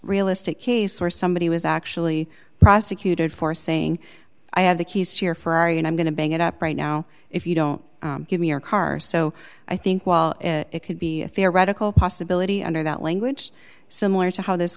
realistic case or somebody was actually prosecuted for saying i have the keys to your ferrari and i'm going to bring it up right now if you don't give me your car so i think well it could be a theoretical possibility under that language similar to how this